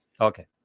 okay